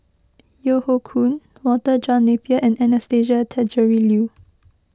Yeo Hoe Koon Walter John Napier and Anastasia Tjendri Liew